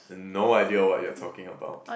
no idea what you're talking about